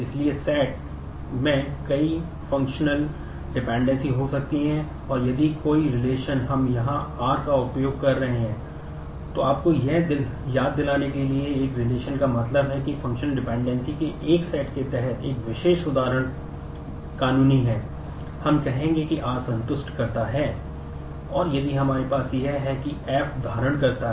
इसलिए हम functional dependency R पर है